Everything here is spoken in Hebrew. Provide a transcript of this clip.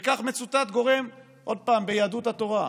וכך מצוטט גורם, עוד פעם, ביהדות התורה,